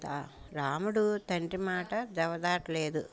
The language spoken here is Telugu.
రాముడు తండ్రి మాట జమదాట్ లేదు